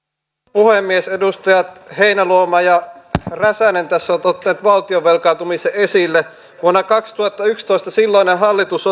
puhemies edustajat heinäluoma ja räsänen tässä ovat ottaneet valtion velkaantumisen esille vuonna kaksituhattayksitoista silloinen hallitus